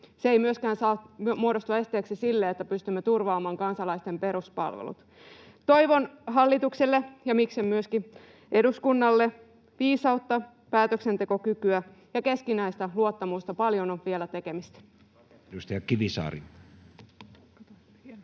Se ei myöskään saa muodostua esteeksi sille, että pystymme turvaamaan kansalaisten peruspalvelut. Toivon hallitukselle ja miksei myöskin eduskunnalle viisautta, päätöksentekokykyä ja keskinäistä luottamusta. Paljon on vielä tekemistä. [Speech 107]